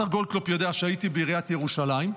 השר גולדקנופ, אתה יודע שהייתי בעיריית ירושלים.